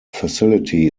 facility